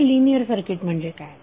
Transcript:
आता linear circuit म्हणजे काय